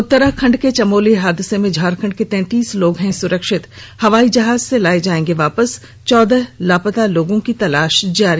उत्तराखंड के चमोली हादसा में झारखंड के तैतीस लोग हैं सुरक्षित हवाई जहाज से लाये जाएंगे वापस चौदह लापता लोगों की तलाश जारी